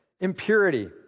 Impurity